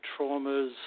traumas